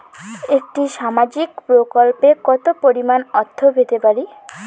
একটি সামাজিক প্রকল্পে কতো পরিমাণ অর্থ পেতে পারি?